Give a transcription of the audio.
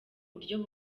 buryo